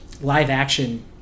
live-action